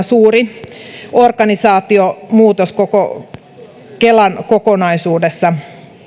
suuri organisaatiomuutos koko kelan kokonaisuudessa